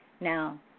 Now